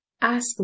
ask